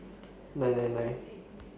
nine nine nine